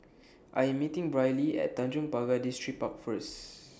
I Am meeting Brylee At Tanjong Pagar Distripark First